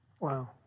Wow